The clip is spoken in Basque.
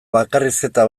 bakarrizketa